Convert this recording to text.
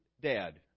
Dad